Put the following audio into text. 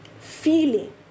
feeling